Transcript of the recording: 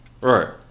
Right